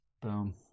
Boom